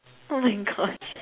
oh my gosh